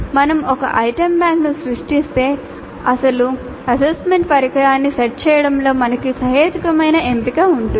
మేము ఒక ఐటెమ్ బ్యాంక్ను సృష్టిస్తే అసలు అసెస్మెంట్ పరికరాన్ని సెట్ చేయడంలో మాకు సహేతుకమైన ఎంపిక ఉంటుంది